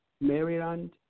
Maryland